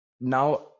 now